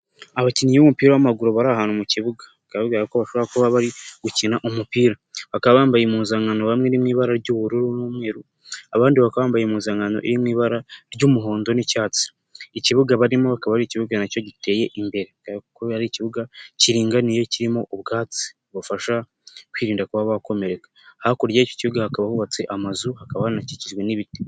Abakinnyi b'umupira w'amaguru bari ahantu mu kibuga bikaba bigaragara ko bashobora kuba bari gukina umupira, bakaba bambaye impuzankano bamwe iri mu ibara ry'ubururu n'umweru, abandi baka bambaye impuzankano iri mu ibara ry'umuhondo n'icyatsi, ikibuga barimo akaba ari ikibuga nacyo giteye imbere bigaragara ikibuga kiringaniye kirimo ubwatsi bubafasha kwirinda kuba bakomereka, hakurya y'iki kibuga hakaba hubatse amazu hakaba hanakikijwe n'ibiti.